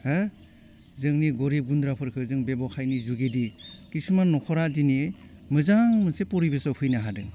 होह जोंनि गरिब गुन्द्राफोरखो जों बेबखायनि जुगिदि खिसुमान नख'रा दिनि मोजां मोनसे फरिबेसाव फैनो हादों